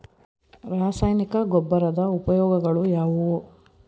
ರಾಸಾಯನಿಕ ಗೊಬ್ಬರದ ಉಪಯೋಗಗಳು ಯಾವುವು?